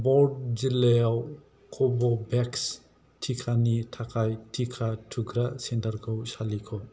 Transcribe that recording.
बौध जिल्लायाव कव'भेक्स टिकानि थाखाय टिका थुग्रा सेन्टारखौ सालिख'